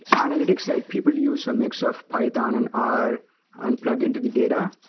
analytic side, people use some mix of python and r and plugin to the data,